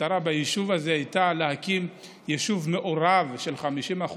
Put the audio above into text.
המטרה ביישוב הזה הייתה להקים יישוב מעורב ש-50%